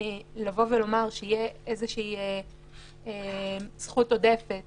לומר שתהיה איזושהי זכות עודפת